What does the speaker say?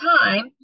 time